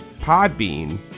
Podbean